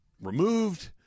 removed